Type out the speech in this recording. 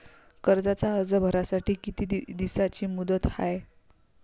कर्जाचा अर्ज भरासाठी किती दिसाची मुदत हाय?